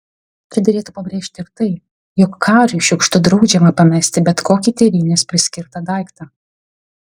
čia derėtų pabrėžti ir tai jog kariui šiukštu draudžiama pamesti bet kokį tėvynės priskirtą daiktą